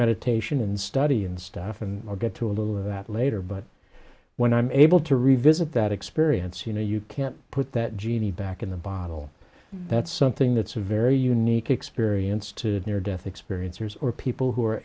meditation and study and stuff and i'll get to a little of that later but when i'm able to revisit that experience you know you can't put that genie back in the bottle that's something that's a very unique experience too near death experiences or people who are